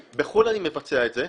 בחו"ל אני מבצע את זה.